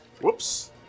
Whoops